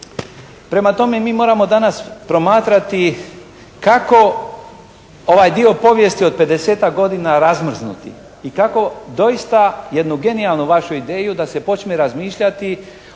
Prema tome mi moramo danas promatrati kako ovaj dio povijesti od 50-tak godina razmrznuti? I kako doista jednu genijalnu vašu ideju da se počne razmišljati o